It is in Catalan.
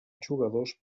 jugadors